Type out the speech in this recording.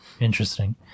Interesting